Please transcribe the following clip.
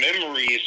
memories